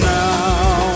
now